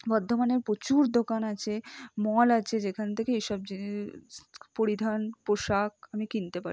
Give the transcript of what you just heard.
বর্ধমানে প্রচুর দোকান আছে মল আছে যেখান থেকে এই সব পরিধান পোশাক আমি কিনতে